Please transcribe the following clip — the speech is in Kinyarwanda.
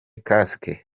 kasike